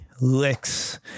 licks